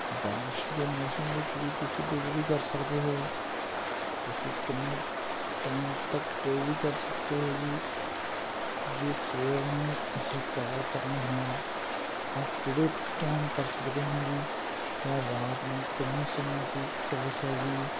ਬਾਰਿਸ਼ ਦੇ ਮੌਸਮ ਵਿੱਚ ਵੀ ਤੁਸੀਂ ਡਿਲਵਰੀ ਕਰ ਸਕਦੇ ਹੋ ਤੁਸੀਂ ਕਿੰਨੇ ਟਾਈਮ ਤੱਕ ਡਿਲਵਰੀ ਕਰ ਸਕਦੇ ਹੋ ਜੀ ਜੇ ਸਵੇਰ ਨੂੰ ਅਸੀਂ ਕਾਲ ਕਰਨੀ ਹੈ ਤਾਂ ਕਿਹੜੇ ਟਾਈਮ ਕਰ ਸਕਦੇ ਹਾਂ ਜੀ ਜਾਂ ਰਾਤ ਨੂੰ ਕਿੰਨੇ ਸਮੇਂ ਤੱਕ ਸਰਵਿਸ ਹੈ ਜੀ